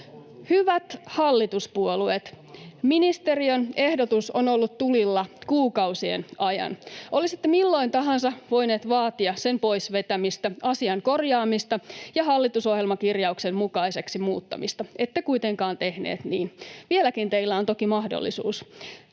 Hyvät hallituspuolueet, ministeriön ehdotus on ollut tulilla kuukausien ajan. Olisitte milloin tahansa voineet vaatia sen pois vetämistä, asian korjaamista ja hallitusohjelmakirjauksen mukaiseksi muuttamista. Ette kuitenkaan tehneet niin. Vieläkin teillä on toki mahdollisuus.